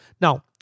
Now